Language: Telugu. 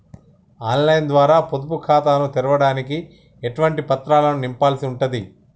ఆన్ లైన్ ద్వారా పొదుపు ఖాతాను తెరవడానికి ఎటువంటి పత్రాలను నింపాల్సి ఉంటది?